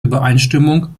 übereinstimmung